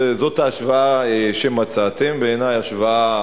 זאת ההשוואה שמצאתם, בעיני השוואה